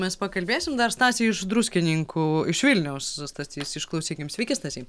mes pakalbėsim dar stasį iš druskininkų iš vilniaus stasys išklausykim sveiki stasy